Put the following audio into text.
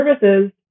services